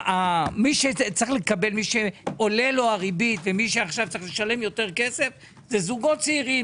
מי שעולה לו הריבית וצריך לשלם עכשיו יותר כסף זה זוגות צעירים,